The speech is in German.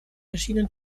erschienen